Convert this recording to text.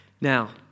Now